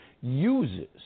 uses